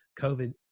COVID